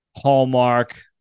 Hallmark